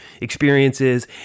experiences